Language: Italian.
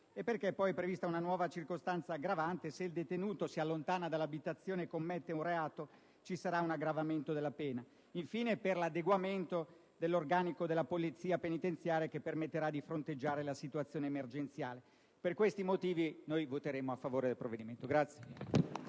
la previsione di una nuova circostanza aggravante (nel senso che, se il detenuto si allontana dell'abitazione e commette un reato, ci sarà un aggravamento della pena); infine, l'adeguamento dell'organico della polizia penitenziaria, che permetterà di fronteggiare la situazione emergenziale. Per questi motivi, noi voteremo a favore del provvedimento.